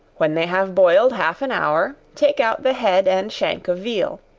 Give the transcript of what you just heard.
when they have boiled half an hour, take out the head and shank of veal,